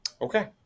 Okay